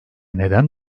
neden